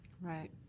Right